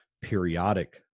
periodic